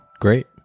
Great